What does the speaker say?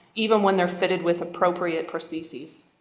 even when they are fitted with appropriate prostheses.